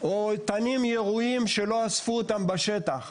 או תנים ירויים שלא אספו אותם בשטח.